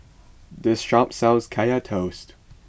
this shop sells Kaya Toast